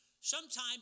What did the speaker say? Sometime